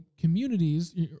communities